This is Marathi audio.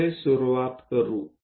येथे सुरूवात करू